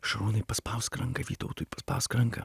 šarūnai paspausk ranką vytautui paspausk ranką